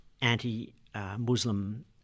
anti-Muslim